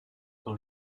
dans